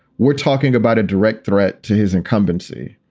we're talking about a direct threat to his incumbency,